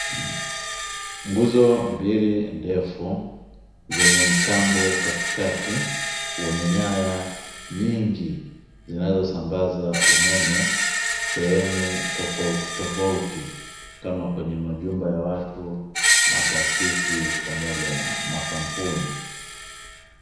Nguzo mbili ndefu, zenye mtambo katikati wenye nyaya nyingi zinazosambaza umeme sehemu tofautitofauti, kama kwenye majumba ya watu, mataasisi pamoja na makampuni.